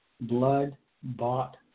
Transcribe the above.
blood-bought